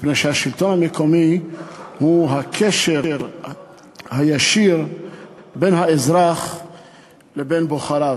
מפני שהשלטון המקומי הוא הקשר הישיר בין האזרח לבין בוחריו.